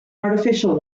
artificial